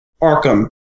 Arkham